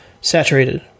saturated